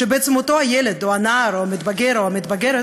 ובעצם אותו הילד, או הנער, או המתבגר, או המתבגרת